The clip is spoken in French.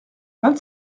vingt